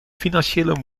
financiële